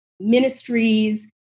ministries